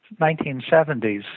1970s